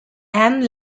and